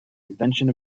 invention